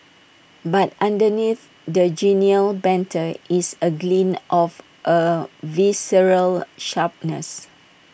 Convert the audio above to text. but underneath the genial banter is A glint of A visceral sharpness